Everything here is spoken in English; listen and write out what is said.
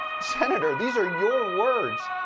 senator, these are your words.